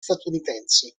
statunitensi